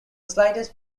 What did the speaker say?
slightest